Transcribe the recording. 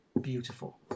beautiful